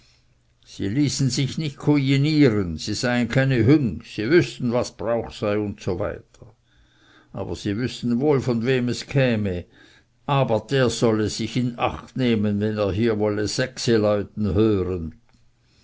sie ließen sich nicht kujinieren sie seien keine hüng sie wüßten was brauch sei usw aber sie wüßten wohl von wem es käme aber der solle sich in acht nehmen wenn er hier wolle sechse läuten hören